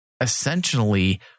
essentially